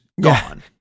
gone